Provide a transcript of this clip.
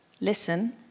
listen